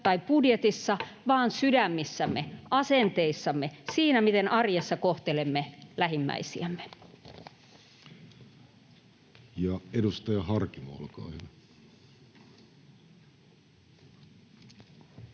tai budjetissa, vaan sydämissämme, asenteissamme, siinä, miten arjessa kohtelemme lähimmäisiämme.